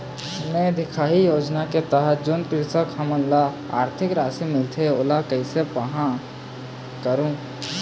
मैं दिखाही योजना के तहत जोन कृषक हमन ला आरथिक राशि मिलथे ओला कैसे पाहां करूं?